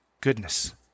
goodness